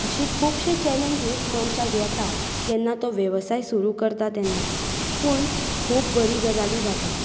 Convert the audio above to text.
अशीं खुबशीं चॅलेन्जीस मनशाक येता जेन्ना तो वेवसाय सुरू करता तेन्ना पूण खूब बरी गजाली जाता